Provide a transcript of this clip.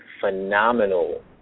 phenomenal